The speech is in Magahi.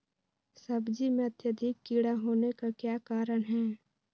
सब्जी में अत्यधिक कीड़ा होने का क्या कारण हैं?